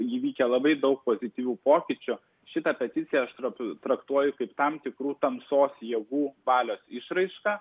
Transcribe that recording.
įvykę labai daug pozityvių pokyčių šitą peticiją aš traktuo traktuoju kaip tam tikrų tamsos jėgų valios išraišką